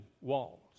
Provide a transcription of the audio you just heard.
walls